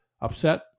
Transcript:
upset